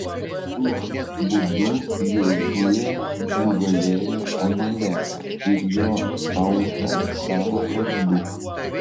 tuo būdu jozuė nugalėjo amaleką ir jo tautą savo kardu